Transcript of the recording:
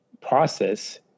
process